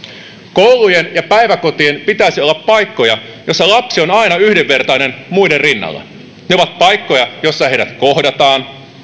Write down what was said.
koulujen ja päiväkotien pitäisi olla paikkoja joissa lapsi on aina yhdenvertainen muiden rinnalla ne ovat paikkoja joissa heidät kohdataan